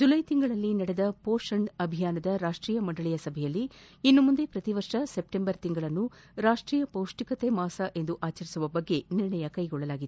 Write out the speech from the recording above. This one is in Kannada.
ಜುಲ್ಟೆ ತಿಂಗಳಲ್ಲಿ ನಡೆದ ಮೋಷಣ್ ಅಭಿಯಾನದ ರಾಷ್ಷೀಯ ಮಂಡಳಿ ಸಭೆಯಲ್ಲಿ ಇನ್ನು ಮುಂದೆ ಪ್ರತಿ ವರ್ಷ ಸೆಪ್ಲೆಂಬರ್ ತಿಂಗಳನ್ನು ರಾಷ್ಷೀಯ ಪೌಷ್ಷಿಕತೆ ಮಾಸ ಎಂದು ಆಚರಿಸುವ ಬಗ್ಗೆ ನಿರ್ಣಯ ಕೈಗೊಳ್ಳಲಾಗಿದೆ